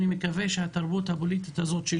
אני מקווה שהתרבות הפוליטית הזאת של